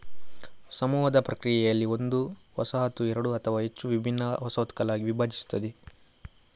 ಸಮೂಹದ ಪ್ರಕ್ರಿಯೆಯಲ್ಲಿ, ಒಂದು ವಸಾಹತು ಎರಡು ಅಥವಾ ಹೆಚ್ಚು ವಿಭಿನ್ನ ವಸಾಹತುಗಳಾಗಿ ವಿಭಜಿಸುತ್ತದೆ